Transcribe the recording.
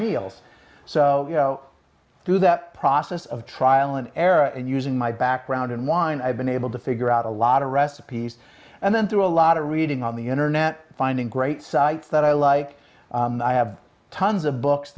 meals so you know through that process of trial and error and using my background in wine i've been able to figure out a lot of recipe these and then through a lot of reading on the internet finding great sites that i like i have tons of books